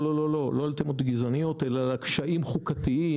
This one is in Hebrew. לא, לא על תמות גזעניות אלא על קשיים חוקתיים.